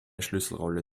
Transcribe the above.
schlüsselrolle